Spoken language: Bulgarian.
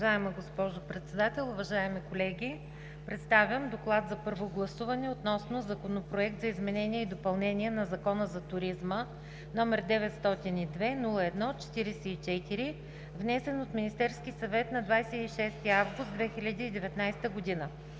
Уважаема госпожо Председател, уважаеми колеги! „ДОКЛАД за първо гласуване относно Законопроект за изменение и допълнение на Закона за туризма, № 902-01-44, внесен от Министерския съвет на 26 август 2019 г.